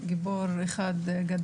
שהוא גיבור גדול.